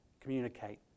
communicate